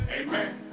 Amen